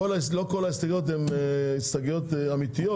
לא כל ההסתייגויות הן הסתייגויות אמיתיות.